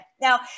Now